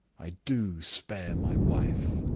i do spare my wife.